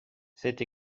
c’est